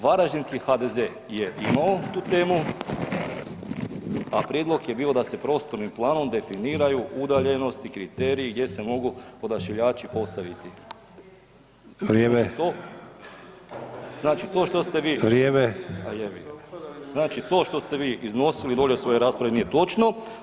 Varaždinski HDZ je imao tu temu, a prijedlog je bio da se prostornim planom definiraju udaljenosti i kriteriji gdje se mogu odašiljači postaviti [[Upadica Sanader: Vrijeme.]] Znači to ste vi [[Upadica Sanader: Vrijeme.]] Znači to što ste vi iznosili u svojoj raspravi nije točno.